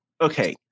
okay